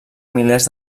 milers